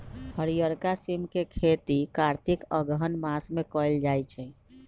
हरियरका सिम के खेती कार्तिक अगहन मास में कएल जाइ छइ